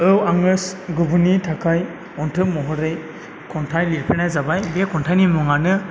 औ आङो गुबुननि थाखाय अनथोब महरै खन्थाइ लिरफेरनाय जाबाय बे खन्थाइनि मुङानो